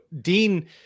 Dean